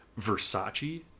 Versace